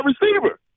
receiver